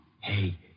Hey